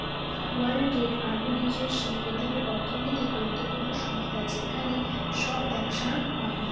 world trade organisation পৃথিবীর অর্থনৈতিক গুরুত্বপূর্ণ সংস্থা যেখানে সব ব্যবসা হয়